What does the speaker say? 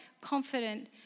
confident